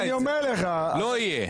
הינה, אז אני אומר לך --- לא יהיה.